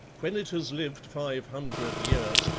when it has lived five hundred years,